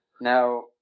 Now